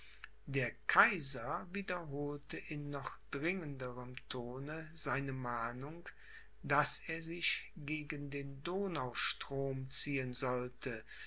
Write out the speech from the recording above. der kaiser wiederholte in noch dringenderem tone seine mahnung daß er sich gegen den donaustrom ziehen solle